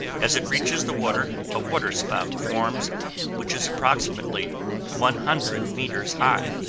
as it reaches the water, a waterspout forms which is approximately one hundred meters high.